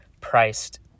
priced